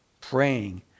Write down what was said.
praying